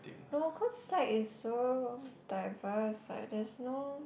no cause like is so diverse like there's no